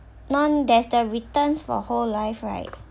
non there's the returns for whole life right